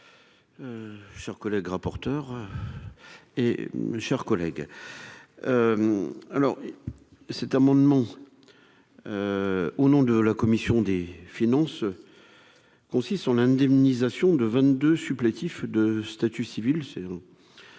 Cher collègue rapporteur et mes chers collègues, alors cet amendement au nom de la commission des finances qu'on si sont l'indemnisation de 22 supplétifs de statut civil, c'est un sujet